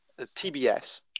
TBS